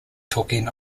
talking